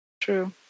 True